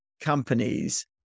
companies